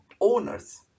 owners